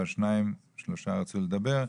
אבל שניים-שלושה רצו לדבר,